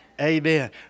Amen